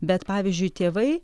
bet pavyzdžiui tėvai